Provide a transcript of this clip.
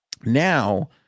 Now